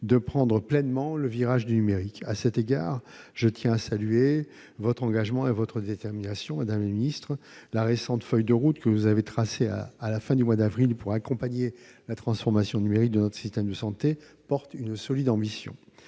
de prendre pleinement le virage du numérique. À cet égard, je tiens à saluer votre engagement et votre détermination, madame la ministre : la feuille de route que vous avez tracée, à la fin du mois d'avril, pour accompagner la transformation numérique de notre système de santé témoigne d'une solide ambition.